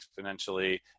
exponentially